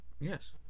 Yes